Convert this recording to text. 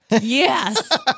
Yes